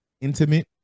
intimate